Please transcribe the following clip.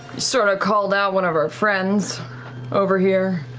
sort of called out one of our friends over here.